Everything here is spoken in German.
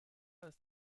ist